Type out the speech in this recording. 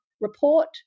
report